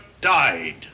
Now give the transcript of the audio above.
died